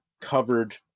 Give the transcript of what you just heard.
covered